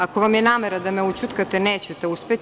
Ako vam je namera da me ućutkate, nećete uspeti.